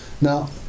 Now